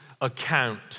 account